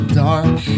dark